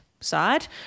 side